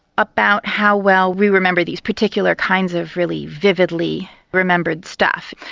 about how well we remember these particular kinds of really vividly remembered stuff.